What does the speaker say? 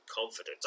confidence